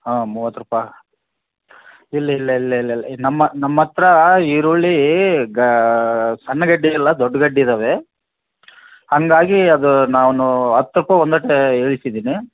ಹಾಂ ಮೂವತ್ತು ರೂಪಾಯಿ ಇಲ್ಲ ಇಲ್ಲ ಇಲ್ಲ ಇಲ್ಲ ಇಲ್ಲ ನಮ್ಮ ನಮ್ಮ ಹತ್ರ ಈರುಳ್ಳಿ ಗಾ ಸಣ್ಣ ಗಡ್ಡೆ ಇಲ್ಲ ದೊಡ್ಡ ಗಡ್ಡೆ ಇದ್ದಾವೆ ಹಾಗಾಗಿ ಅದು ನಾನು ಅಷ್ಟಕ್ಕೂ ಒಂದೇಟು ಇಳಿಸಿದೀನಿ